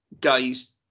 guys